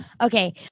Okay